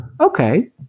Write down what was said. okay